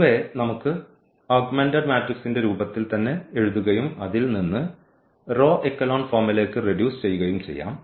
പൊതുവേ നമുക്ക് ഓഗ്മെന്റഡ് മാട്രിക്സിന്റെ രൂപത്തിൽ തന്നെ എഴുതുകയും അതിൽ നിന്ന് റോ എക്കലോൺ ഫോമിലേക്ക് റെഡ്യൂസ്ചെയ്യുകയും ചെയ്യാം